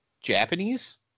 Japanese